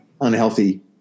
unhealthy